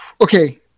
Okay